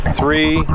three